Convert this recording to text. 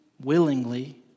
willingly